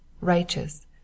righteous